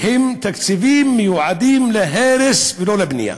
הם תקציבים מיועדים להרס ולא לבנייה.